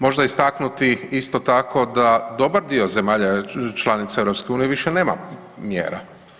Možda istaknuti isto tako da dobar dio zemalja članica Europske unije više nema mjera.